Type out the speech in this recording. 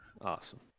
Awesome